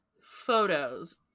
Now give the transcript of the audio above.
photos